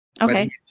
okay